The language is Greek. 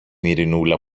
ειρηνούλα